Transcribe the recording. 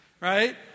right